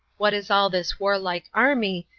what is all this warlike army,